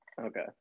Okay